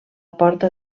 porta